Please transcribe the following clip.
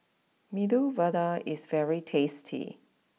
Medu Vada is very tasty